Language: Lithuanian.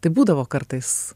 tai būdavo kartais